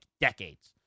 decades